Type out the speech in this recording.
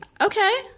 Okay